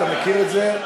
אתה מכיר את זה.